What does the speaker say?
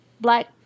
black